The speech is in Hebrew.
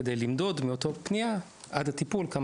כדי למדוד כמה זמן זה מאותה פנייה ועד הטיפול.